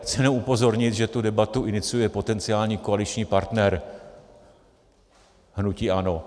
Chci jenom upozornit, že tu debatu iniciuje potenciální koaliční partner hnutí ANO.